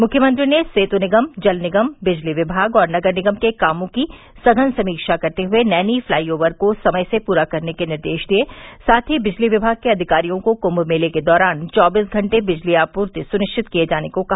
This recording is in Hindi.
मुख्यमंत्री ने सेत् निगम जल निगम बिजली विमाग और नगर निगम के कामों की सघन समीक्षा करते हुए नैनी फलाई ओवर को समय से पूरा करने के निर्देश दिये साथ ही बिजली विमाग के अधिकारियों को कृम्म मेले के दौरान चौबीस घंटे बिजली आपूर्ति सुनिश्चित किये जाने को कहा